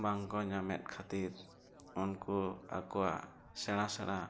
ᱵᱟᱝᱠᱚ ᱧᱟᱢᱮᱫ ᱠᱷᱟᱹᱛᱤᱨ ᱩᱱᱠᱩ ᱟᱠᱚᱣᱟᱜ ᱥᱮᱬᱟᱼᱥᱮᱬᱟ